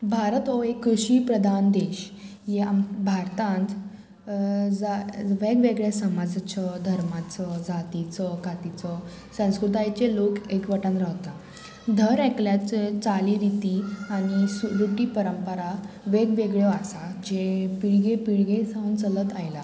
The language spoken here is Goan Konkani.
भारत हो एक कृशी प्रधान देश ह्या आम भारतांत जा वेगवेगळ्या समाजाचो धर्माचो जातीचो कातीचो संस्कृतायेचे लोक एकवटान रावता धर एकल्याचे चाली रिती आनी सु रुटी परंपरा वेग वेगळ्यो आसा जे पिळगे पिळगे सावन चलत आयला